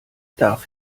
darf